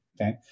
okay